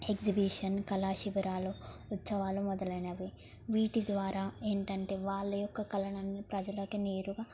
exhibition కళాశిబరాలు ఉత్సవాలు మొదలైనవి వీటి ద్వారా ఏంటంటే వాళ్ళ యొక్క కళను ప్రజలకి నేరుగా